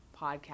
podcast